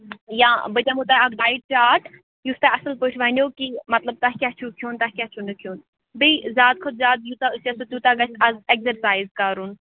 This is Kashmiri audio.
یا بہٕ دِمو تۄہہِ اَکھ ڈایٹ چاٹ یُس تۄہہِ اَصٕل پٲٹھۍ وَنیو کہِ مطلب تۄہہِ کیٛاہ چھُو کھیوٚن تۄہہِ کیٛاہ چھُو نہٕ کھیوٚن بیٚیہِ زیادٕ کھۄتہٕ زیادٕ یوٗتاہ ٲسۍزیو تہٕ تیوٗتاہ گژھِ آز اٮ۪کزَرسایِز کَرُن